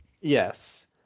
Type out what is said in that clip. Yes